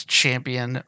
champion